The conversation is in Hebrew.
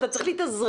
אתה צריך להתאזרח,